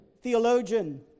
theologian